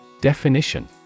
Definition